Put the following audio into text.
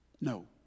No